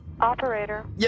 Operator